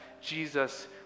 Jesus